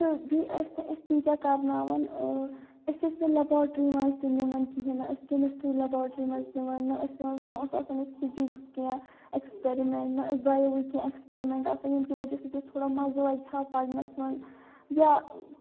تہٕ بیٚیہِ ٲسۍ نہٕ أسۍ تیٖتیٛاہ کَرناوَان أسۍ ٲسۍ نہٕ لیبارٹرٛی منٛز تہِ نِوان کِہیٖنۍ نہٕ اَسہِ کیمِسٹرٛی لیبارٹرٛی منٛز نِوان نہ ٲسۍ نِوان نہ اوس آسان اَسہِ فِزِکِس کینٛہہ ایکسپیرِمنٛٹ نہ ٲسۍ بَیووٕکۍ کینٛہہ ایکسپیرِمنٛٹ آسان ییٚمہِ کہ وَجہ سۭتۍ أسۍ تھوڑا مَزٕ لَگہِ ہا پَرنَس منٛز یا